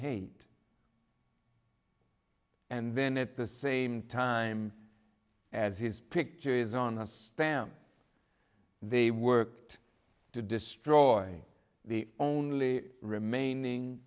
hate and then at the same time as his picture is on a stamp they worked to destroy the only remaining